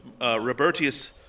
Robertius